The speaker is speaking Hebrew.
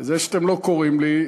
זה שאתם לא קוראים לי,